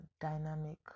dynamic